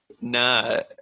No